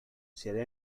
será